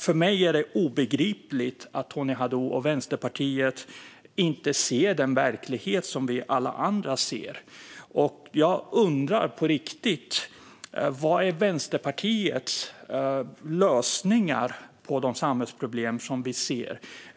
För mig är det obegripligt att Tony Haddou och Vänsterpartiet inte ser den verklighet som vi alla andra ser. Jag undrar på riktigt vad som är Vänsterpartiets lösningar på de samhällsproblem vi ser.